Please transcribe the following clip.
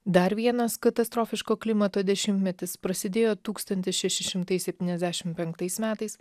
dar vienas katastrofiško klimato dešimtmetis prasidėjo tūkstantis šeši šimtai septyniasdešimt penktais metais